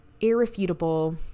irrefutable